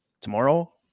Tomorrow